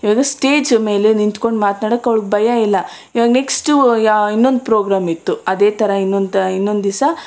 stage ಮೇಲೆ ನಿಂತುಕೊಂಡು ಮಾತ್ನಾಡಕ್ಕೆ ಅವ್ಳ್ಗೆ ಭಯ ಇಲ್ಲ ಇವಾಗ ನೆಕ್ಸ್ಟು ಇನ್ನೊಂದು ಪ್ರೋಗ್ರಾಂ ಇತ್ತು ಅದೇ ಥರ ಇನ್ನೊಂದು ಇನ್ನೊಂದು ದಿಸ